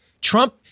Trump